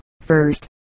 first